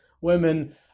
women